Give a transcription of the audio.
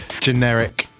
generic